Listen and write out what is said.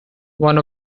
one